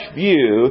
view